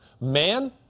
Man